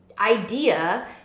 idea